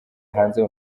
hanze